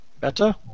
better